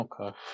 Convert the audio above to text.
Okay